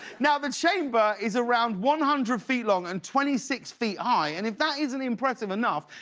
now the chamber is around one hundred feet long and twenty six feet high and if that isn't impressive enough,